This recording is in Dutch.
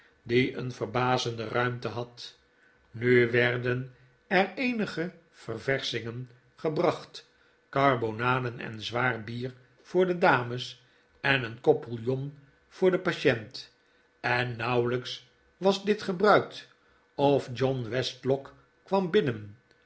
die een verbazende ruimte had nu werden er eenige ververschingen gebracht karbonaden en zwaar bier voor de dames en een kop bouillon voor den patient en nauwelijks was dit gebruikt of john westlock kwam binnen